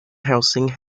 housing